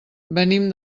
venim